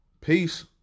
Peace